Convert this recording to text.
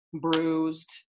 bruised